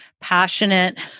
passionate